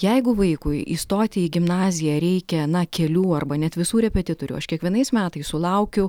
jeigu vaikui įstoti į gimnaziją reikia na kelių arba net visų repetitorių aš kiekvienais metais sulaukiu